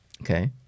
Okay